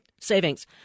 savings